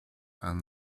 and